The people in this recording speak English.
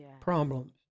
problems